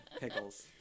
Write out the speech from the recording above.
Pickles